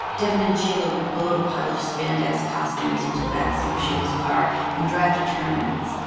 devyn and sheila would load a pile of spandex costumes into the backseat of sheila's car and drive to tournaments.